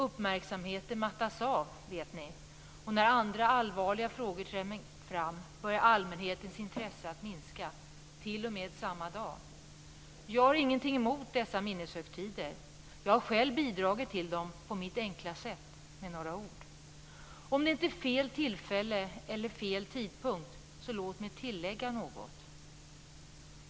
Uppmärksamheten mattas av, vet ni, och när andra allvarliga frågor tränger fram börjar allmänhetens intresse att minska, till och med samma dag. Jag har ingenting emot dessa minneshögtider. Jag har själv bidragit till dem, på mitt enkla sätt, med några ord. Och om det inte är fel tillfälle eller fel tidpunkt, låt mig tillägga något.